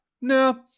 No